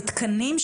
בתקנים,